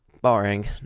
boring